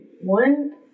One